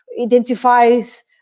identifies